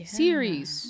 series